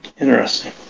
Interesting